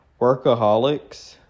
Workaholics